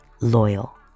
loyal